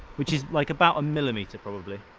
which is like, about a millimeter probably.